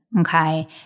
Okay